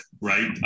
right